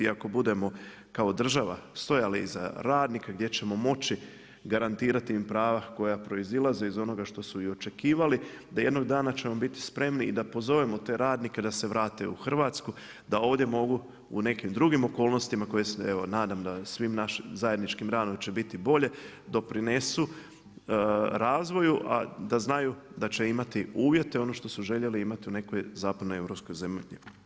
I ako budemo kao država stajali iza radnika gdje ćemo moći garantirati im prava koja proizilaze iz onoga što su i očekivali da jednog dana ćemo biti spremni i da pozovemo te radnike da se vrate u Hrvatsku da ovdje mogu u nekim drugim okolnostima koje se evo nadam da svim našim zajedničkim radom će biti bolje doprinesu razvoju a da znaju da će imati uvjete, ono što su željeli imati u nekoj zapadno europskoj zemlji.